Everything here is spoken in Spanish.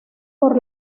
por